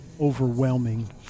overwhelming